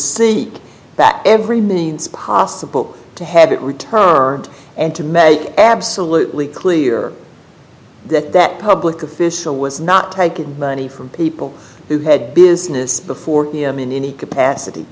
that every means possible to have it returned and to make absolutely clear that that public official was not taking money from people who had business before i mean any capacity